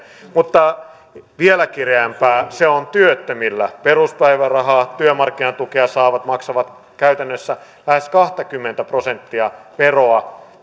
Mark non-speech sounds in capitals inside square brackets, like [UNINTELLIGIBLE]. mutta vielä kireämpää se on työttömillä peruspäivärahaa työmarkkinatukea saavat maksavat käytännössä lähes kaksikymmentä prosenttia veroa [UNINTELLIGIBLE]